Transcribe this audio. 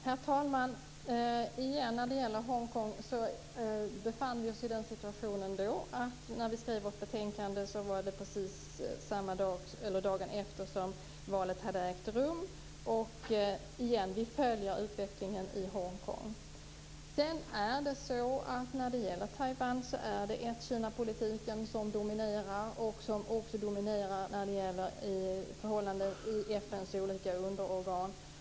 Herr talman! I fråga om Hongkong skrev vi vårt betänkande dagen efter det att valet hade ägt rum. Vi följer utvecklingen i Hongkong. När det gäller Taiwan är det ett-Kina-politiken som dominerar också i förhållande till FN:s olika underorgan.